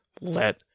let